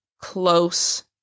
close